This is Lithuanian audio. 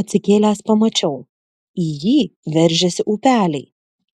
atsikėlęs pamačiau į jį veržiasi upeliai